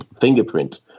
fingerprint